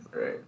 right